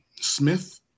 Smith